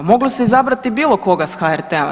Moglo se izabrati bilo koga s HRT-a.